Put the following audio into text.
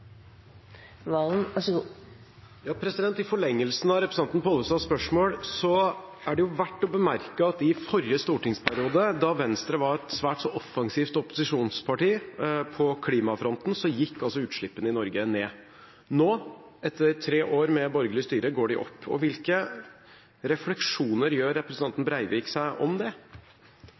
det verdt å bemerke at i forrige stortingsperiode, da Venstre var et svært så offensivt opposisjonsparti på klimafronten, gikk utslippene i Norge ned. Nå, etter tre år med borgerlig styre, går de opp. Hvilke refleksjoner gjør representanten Breivik seg om det?